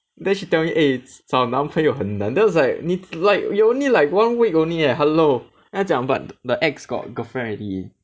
then she tell me eh 找男朋友很难 then I was like 你 like you only like one week only leh hello then 他讲 but my ex got girlfriend already